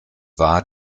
war